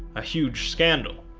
a huge scandal,